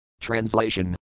Translation